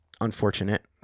unfortunate